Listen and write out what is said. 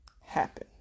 happen